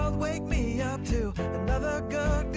um wake me up to another good,